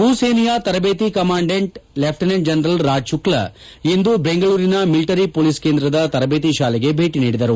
ಭೂಸೇನೆಯ ತರಬೇತಿ commandant lieutenant general Raj Shukla ಇಂದು ಬೆಂಗಳೂರಿನ ಮಿಲಿಟರಿ ಮೊಲೀಸ್ ಕೇಂದ್ರದ ತರಬೇತಿ ಶಾಲೆಗೆ ಭೇಟಿ ನೀಡಿದರು